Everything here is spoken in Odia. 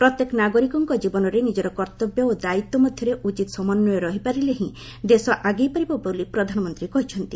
ପ୍ରତ୍ୟେକ ନାଗରିକଙ୍କ ଜୀବନରେ ନିଜର କର୍ତ୍ତବ୍ୟ ଓ ଦାୟିତ୍ୱ ମଧ୍ୟରେ ଉଚିତ ସମନ୍ୱୟ ରହିପାରିଲେ ହିଁ ଦେଶ ଆଗେଇ ପାରିବ ବୋଲି ପ୍ରଧାନମନ୍ତ୍ରୀ କହିଛନ୍ତି